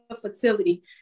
facility